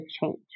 change